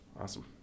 Awesome